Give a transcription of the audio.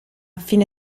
fine